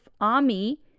army